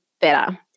better